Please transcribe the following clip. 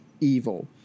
evil